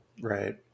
Right